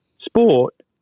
sport